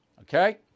okay